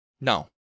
No